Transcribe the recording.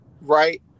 right